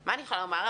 מה אני יכולה לומר?